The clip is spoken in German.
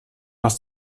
was